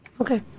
Okay